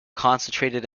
concentrated